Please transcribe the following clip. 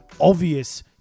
obvious